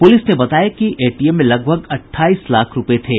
police ने बताया कि एटीएम में लगभग अठाईस लाख रूपये थे